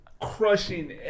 crushing